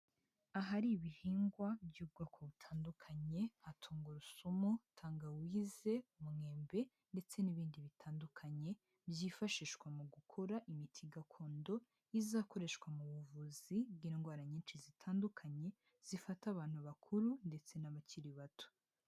Ahari ibihingwa by'ubwoko butandukanye nka tungurusumu, tangawize, umwembe ndetse n'ibindi bitandukanye, byifashishwa mu gukora imiti gakondo, izakoreshwa mu buvuzi bw'indwara nyinshi zitandukanye, zifata abantu bakuru ndetse n'abakiri bato.